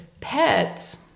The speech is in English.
pets